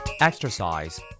Exercise